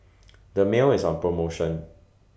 Dermale IS on promotion